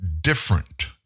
different